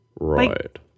Right